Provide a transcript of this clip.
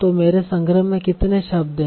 तो मेरे संग्रह में कितने शब्द हैं